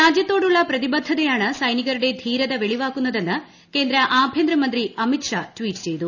രാജ്യത്തോടുള്ള പ്രതിബദ്ധതയാണ് സൈനികരുടെ ധീരത വെളിവാക്കുന്നതെന്ന് കേന്ദ്ര ആഭൃന്തര മന്ത്രി അമിത് ഷാ ട്വീറ്റ് ചെയ്തു